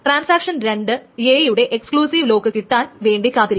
transaction 2 A യുടെ exclusive lock കിട്ടാൻവേണ്ടി കാത്തിരിക്കും